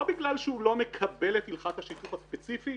לא בגלל שהוא לא מקבל את הלכת השיתוף הספציפי,